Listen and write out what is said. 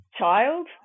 child